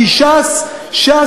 כשאני